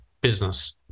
business